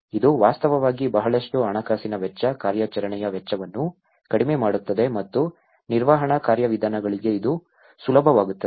ಇದು ವಾಸ್ತವವಾಗಿ ಬಹಳಷ್ಟು ಹಣಕಾಸಿನ ವೆಚ್ಚ ಕಾರ್ಯಾಚರಣೆಯ ವೆಚ್ಚವನ್ನು ಕಡಿಮೆ ಮಾಡುತ್ತದೆ ಮತ್ತು ನಿರ್ವಹಣಾ ಕಾರ್ಯವಿಧಾನಗಳಿಗೆ ಇದು ಸುಲಭವಾಗುತ್ತದೆ